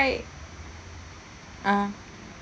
ah